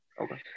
Okay